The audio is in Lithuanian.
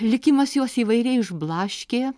likimas juos įvairiai išblaškė